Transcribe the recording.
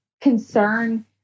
concern